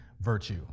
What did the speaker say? virtue